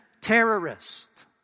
terrorist